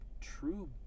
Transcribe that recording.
true